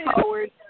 forward